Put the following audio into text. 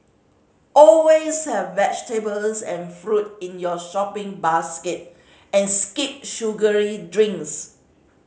always have vegetables and fruit in your shopping basket and skip sugary drinks